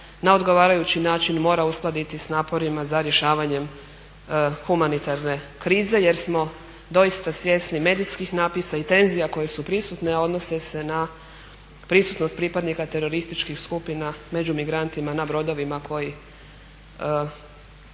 na odgovarajući način mora uskladiti s naporima za rješavanjem humanitarne krize jer smo doista svjesni medijskih napisa i tenzija koje su prisutne, a odnose se na prisutnost pripadnika terorističkih skupina među migrantima na brodovima koji